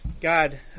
god